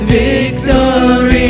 victory